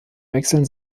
wechseln